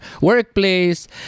workplace